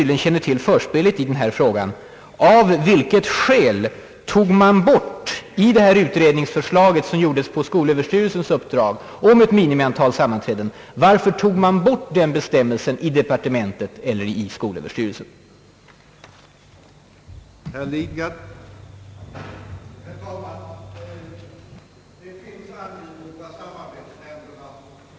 gen känner till förspelet i denna fråga: Av vilket skäl tog man i departementet eller skolöverstyrelsen bort den bestämmelse om ett minimiantal sammanträden som fanns i det utredningsförslag som utarbetades på skolöverstyrelsens uppdrag?